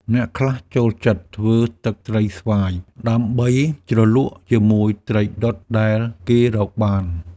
អ្នកខ្លះចូលចិត្តធ្វើទឹកត្រីស្វាយ ដើម្បីជ្រលក់ជាមួយត្រីដុតដែលគេរកបាន។